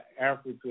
Africa